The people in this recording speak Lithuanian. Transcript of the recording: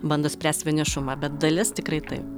bando spręst vienišumą bet dalis tikrai taip